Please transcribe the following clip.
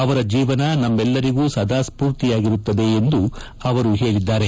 ಅವರ ಜೀವನ ನಮ್ಮೆಲ್ಲರಿಗೂ ಸದಾ ಸ್ಪೂರ್ತಿಯಾಗಿರುತ್ತದೆ ಎಂದು ಅವರು ಹೇಳಿದ್ದಾರೆ